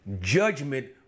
Judgment